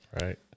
right